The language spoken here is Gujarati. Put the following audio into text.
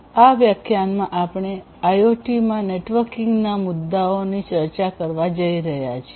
આ વ્યાખ્યાનમાં આપણે આઇઓટીમાં નેટવર્કિંગના મુદ્દાઓની ચર્ચા કરવા જઈ રહ્યા છીએ